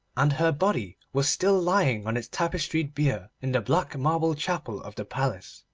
and her body was still lying on its tapestried bier in the black marble chapel of the palace,